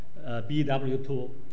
BW2